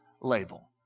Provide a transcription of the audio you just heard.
label